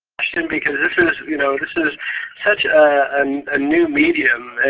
question, because this is you know this is such um ah new medium,